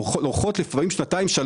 אורכות לפעמים שנתיים ויותר.